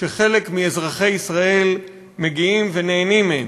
שחלק מאזרחי ישראל מגיעים אליהם ונהנים מהם,